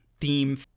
theme